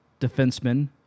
defenseman